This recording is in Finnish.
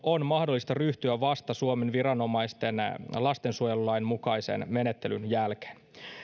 on mahdollista ryhtyä vasta suomen viranomaisten lastensuojelulain mukaisen menettelyn jälkeen